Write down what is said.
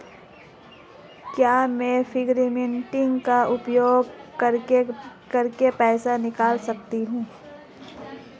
क्या मैं फ़िंगरप्रिंट का उपयोग करके पैसे निकाल सकता हूँ?